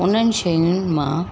उन्हनि शयुनि मां